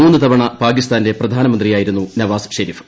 മൂന്ന് തപ്പിണി പാകിസ്ഥാന്റെ പ്രധാനമന്ത്രിയായിരുന്നു നവാസ് ഷെരീഫ്